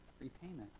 repayment